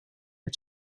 are